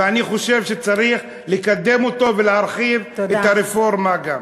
ואני חושב שצריך לקדם אותו וגם להרחיב את הרפורמה.